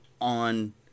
on